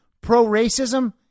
pro-racism